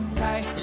tight